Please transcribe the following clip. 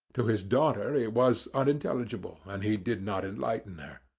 to his daughter it was unintelligible, and he did not enlighten her.